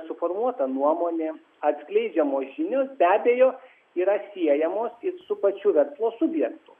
suformuota nuomonė atskleidžiamos žinios be abejo yra siejamos ir su pačių verslo subjektu